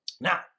Now